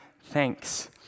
thanks